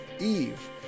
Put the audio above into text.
Eve